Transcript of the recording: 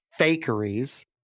fakeries